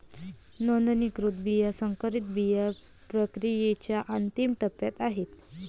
नोंदणीकृत बिया संकरित बिया प्रक्रियेच्या अंतिम टप्प्यात आहेत